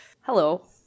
Hello